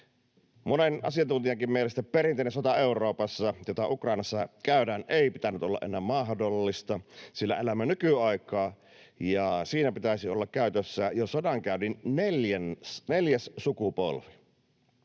Monen asiantuntijankin mielestä Euroopassa perinteisen sodan, jota Ukrainassa käydään, ei pitänyt olla enää mahdollista, sillä elämme nykyaikaa, ja siinä pitäisi olla käytössä jo sodankäynnin neljäs sukupolvi.